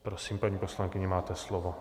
Prosím, paní poslankyně, máte slovo.